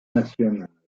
nationale